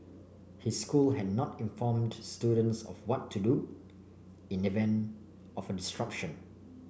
his school had not informed students of what to do in event of distraction